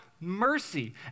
mercy